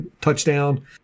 touchdown